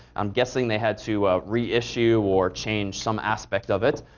i'm guessing they had to reissue or change some aspect of it.